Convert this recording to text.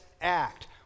act